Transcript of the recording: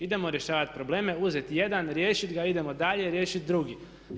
Idemo rješavati probleme, uzeti jedan riješit ga, idemo dalje riješit drugi.